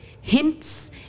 hints